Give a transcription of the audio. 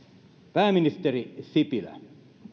pääministeri sipilä